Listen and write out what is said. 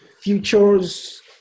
Futures